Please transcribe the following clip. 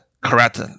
correct